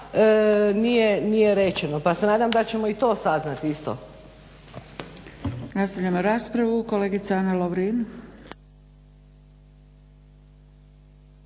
nije rečeno. Pa se nadam da ćemo i to saznati isto.